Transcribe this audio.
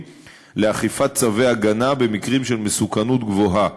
לאכיפת צווי הגנה במקרים של מסוכנות גבוהה.